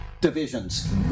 Divisions